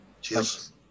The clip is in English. Cheers